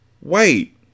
Wait